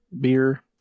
beer